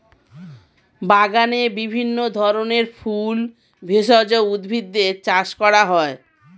বাগানে বিভিন্ন ধরনের ফুল, ভেষজ উদ্ভিদের চাষ করা হয়